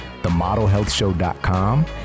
themodelhealthshow.com